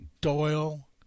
Doyle